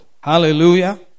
hallelujah